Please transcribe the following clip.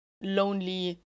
lonely